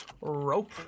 Rope